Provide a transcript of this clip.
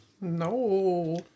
No